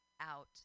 out